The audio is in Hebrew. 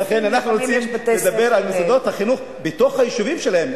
ולכן אנחנו רוצים לדבר על מוסדות חינוך בתוך היישובים שלהם,